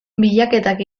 bilaketak